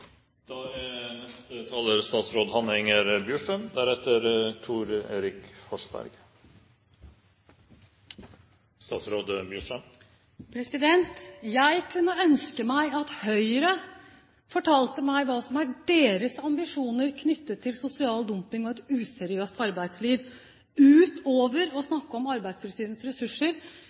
Jeg skulle ønske at Høyre fortalte meg hva som er deres ambisjoner knyttet til sosial dumping og et useriøst arbeidsliv – utover det å snakke om Arbeidstilsynets ressurser.